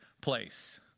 place